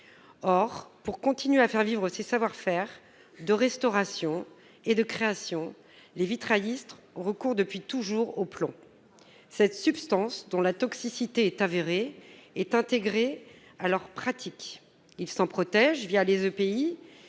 Or, pour continuer à faire vivre ces savoir-faire de restauration et de création, les vitraillistes ont depuis toujours recours au plomb. Cette substance, dont la toxicité est avérée, est intégrée à leur pratique. Ils s'en protègent les